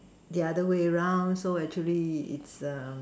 the other way round so actually it's err